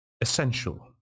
essential